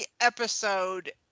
episode